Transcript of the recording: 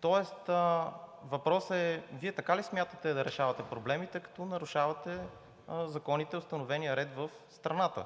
Тоест въпросът е Вие така ли смятате проблемите, като нарушавате законите и установения ред в страната?